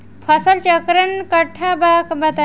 फसल चक्रण कट्ठा बा बताई?